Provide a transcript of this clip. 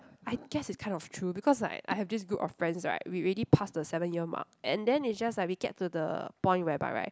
I guess it's kind of true because like I have this group of friends right we already pass the seven year mark and then it's just like we get to the point whereby right